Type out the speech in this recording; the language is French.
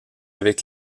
avec